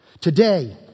Today